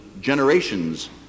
generations